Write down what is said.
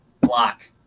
block